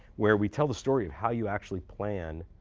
where we tell the story of how you actually plan